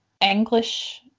English